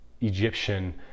Egyptian